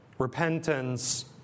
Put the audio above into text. repentance